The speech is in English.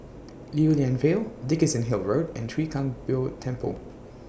Lew Lian Vale Dickenson Hill Road and Chwee Kang Beo Temple